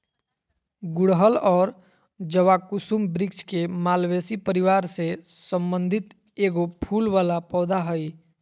गुड़हल और जवाकुसुम वृक्ष के मालवेसी परिवार से संबंधित एगो फूल वला पौधा हइ